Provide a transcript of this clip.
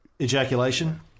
ejaculation